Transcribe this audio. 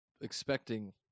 expecting